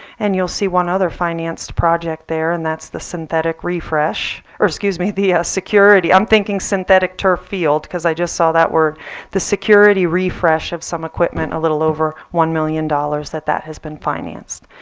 and you'll see one other financed project there and that's the synthetic refresh or excuse me, the security i'm thinking synthetic turf field because i just saw that word the security refresh of some equipment. a little over one million dollars of that has been financed.